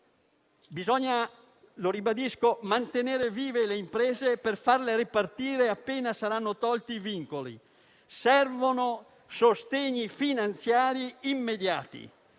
bisogna mantenere vive le imprese per farle ripartire appena saranno tolti i vincoli. Servono sostegni finanziari immediati.